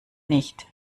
nicht